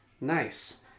Nice